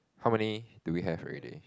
how many do we have already